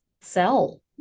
sell